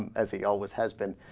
as he always has been